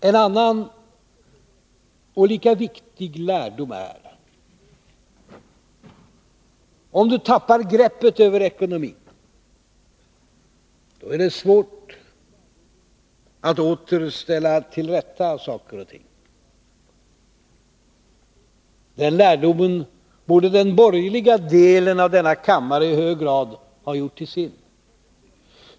En annan, och lika viktig, lärdom är: Om du tappar greppet över ekonomin, då är det svårt att åter ställa saker och ting till rätta. Den lärdomen borde den borgerliga delen av denna kammare i hög grad ha gjort till sin.